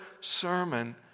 sermon